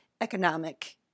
economic